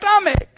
stomach